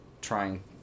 trying